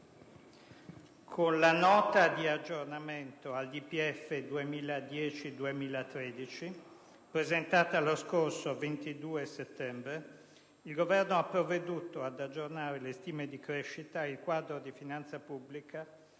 con la Nota di aggiornamento al DPEF 2010-2013, presentata lo scorso 22 settembre, il Governo ha provveduto ad aggiornare le stime di crescita e il quadro di finanza pubblica